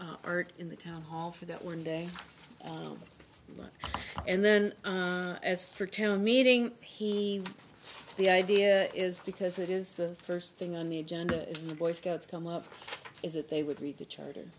his art in the town hall for that one day and then as for town meeting he the idea is because it is the first thing on the agenda the boy scouts come up is that they would meet the charter